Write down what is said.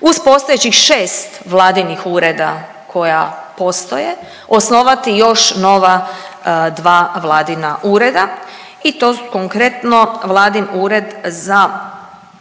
uz postojećih 6 vladinih ureda koja postoje osnovati još nova dva vladina ureda i to konkretno Vladin ured za